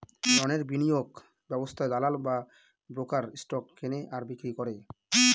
রণের বিনিয়োগ ব্যবস্থায় দালাল বা ব্রোকার স্টক কেনে আর বিক্রি করে